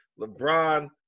LeBron –